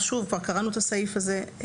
כבר קראנו את הסעיף הזה.